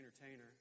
entertainer